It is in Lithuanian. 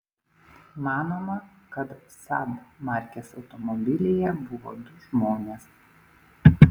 manoma kad saab markės automobilyje buvo du žmonės